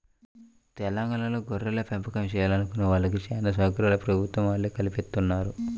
తెలంగాణాలో గొర్రెలపెంపకం చేయాలనుకునే వాళ్ళకి చానా సౌకర్యాలు ప్రభుత్వం వాళ్ళే కల్పిత్తన్నారు